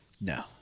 No